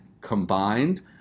combined